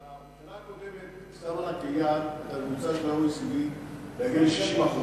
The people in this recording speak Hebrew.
הממשלה הקודמת שמה לה כיעד את ההמלצה של ה-OECD להגיע ל-60%,